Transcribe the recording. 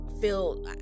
feel